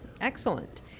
excellent